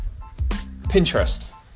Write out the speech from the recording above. Pinterest